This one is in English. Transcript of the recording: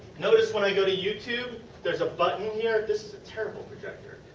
notice when i go to youtube there is a button hear. this is a terrible projector.